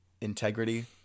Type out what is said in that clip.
integrity